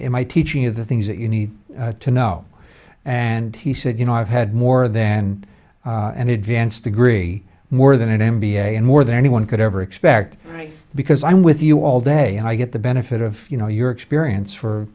in my teaching of the things that you need to know and he said you know i've had more than an advanced degree more than an m b a and more than anyone could ever expect because i'm with you all day and i get the benefit of you know your experience for